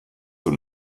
und